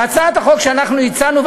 בהצעת החוק שאנחנו הצענו,